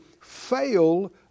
fail